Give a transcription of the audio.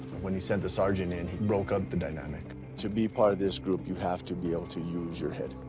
when he sent the sergeant in, he broke up the dynamic. to be part of this group, you have to be able to use your head,